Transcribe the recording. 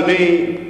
אדוני,